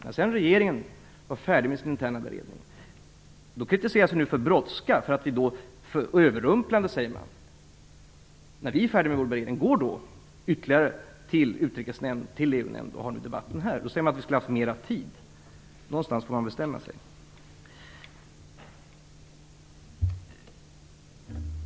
När sedan regeringen var färdig med sin interna beredning kritiserades vi för brådska och överrumpling, som man sade. När vi var färdiga med vår beredning gick vi ytterligare en gång till Utrikesnämnden och till EU-nämnden, och nu för vi debatten här. Man säger då att man skulle haft mera tid. Någon gång får man bestämma sig.